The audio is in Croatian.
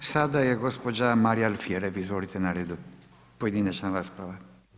Sada je gospođa Marija Alfirev, izvolite na redu, pojedinačna rasprava.